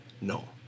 no